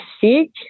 seek